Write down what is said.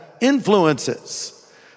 influences